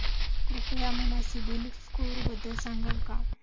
कृपया मला सीबील स्कोअरबद्दल सांगाल का?